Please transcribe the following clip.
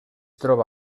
troba